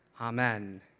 Amen